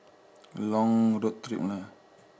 long road trip lah